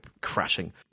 crashing